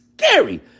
scary